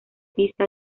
pista